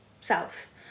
south